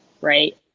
right